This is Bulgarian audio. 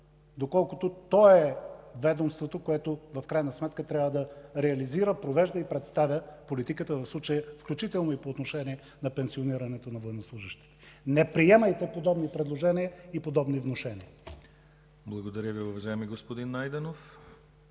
доколко то е ведомството, което в крайна сметка трябва да реализира, провежда и представя политиката, включително по отношение пенсионирането на военнослужещите. Не приемайте подобни предложения и подобни внушения! ПРЕДСЕДАТЕЛ ДИМИТЪР ГЛАВЧЕВ: Благодаря Ви, уважаеми господин Найденов.